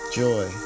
joy